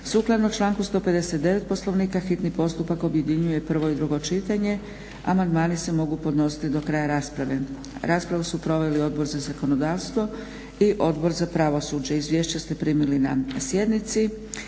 Sukladno članku 159. Poslovnika hitni postupak objedinjuje prvo i drugo čitanje. Amandmani se mogu podnositi do kraja rasprave. Raspravu su proveli Odbor za zakonodavstvo i Odbor za pravosuđe. Izvješće ste primili na sjednici.